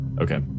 Okay